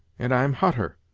and i'm hutter.